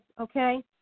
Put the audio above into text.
okay